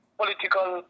political